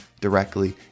directly